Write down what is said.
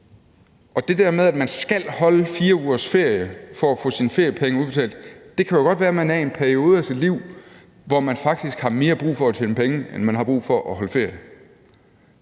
til det der med, at man skal holde 4 ugers ferie for at få sine feriepenge udbetalt, kan det jo godt være, at man er i en periode af sit liv, hvor man faktisk har mere brug for at tjene penge, end man har brug for at holde ferie.